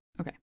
Okay